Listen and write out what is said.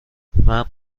مرد